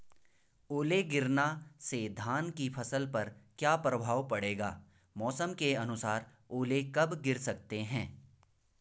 ओले गिरना से धान की फसल पर क्या प्रभाव पड़ेगा मौसम के अनुसार ओले कब गिर सकते हैं?